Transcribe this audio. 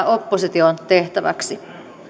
opposition tehtäväksi